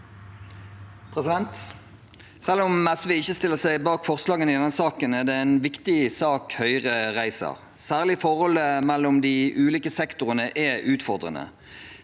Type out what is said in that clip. Selv om SV ikke stiller seg bak forslagene i denne saken, er det en viktig sak Høyre reiser, særlig er forholdet mellom de ulike sektorene utfordrende.